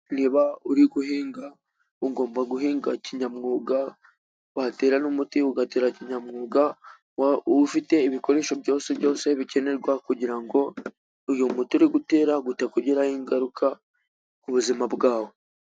Niba uri guhinga ugomba guhinga kinyamwuga. Watera umuti ugatera kinyamwuga ufite ibikoresho byose bikenerwa kugira ngo uyu muti uri gutera utakugiraho ingaruka ku buzima bwawe.